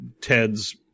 Ted's